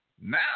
Now